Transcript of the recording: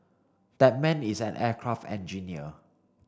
that man is an aircraft engineer